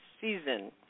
season